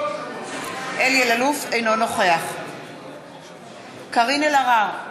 אינו נוכח קארין אלהרר,